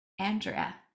Andrea